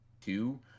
two